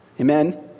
amen